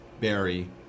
Barry